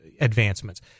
advancements